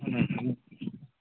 ꯎꯝ ꯎꯝ